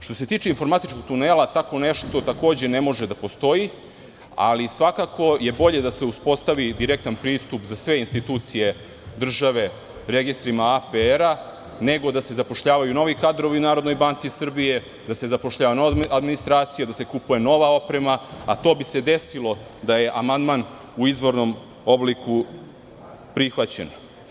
Što se tiče informatičkog tunela, tako nešto ne može da postoji, ali svakako je bolje da se uspostavi direktan pristup za sve institucije države registrima APR, nego da se zapošljavaju novi kadrovi u Narodnoj banci Srbiji, da se zapošljava nova administracija, da se kupuje nova oprema, a to bi se desilo da je amandman u izvornom obliku prihvaćen.